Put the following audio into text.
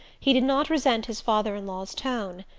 he did not resent his father-in-law's tone.